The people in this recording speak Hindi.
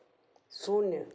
शून्य